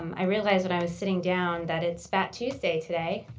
i realize when i was sitting down that it's fat tuesday today.